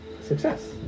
success